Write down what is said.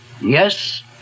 Yes